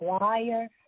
liar